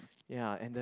ya and the